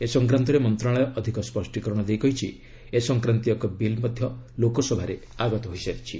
ଏ ସଂକ୍ରାନ୍ତରେ ମନ୍ତ୍ରଶାଳୟ ଅଧିକ ସ୍ୱଷ୍ଟିକରଣ ଦେଇ କହିଛି ଏ ସଂକ୍ରାନ୍ତୀୟ ଏକ ବିଲ୍ ମଧ୍ୟ ଲୋକସଭାରେ ଆଗତ ହୋଇସାରିଛି